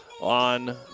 on